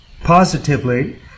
positively